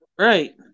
Right